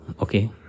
Okay